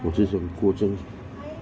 我只想过正